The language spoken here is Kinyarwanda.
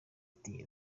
iti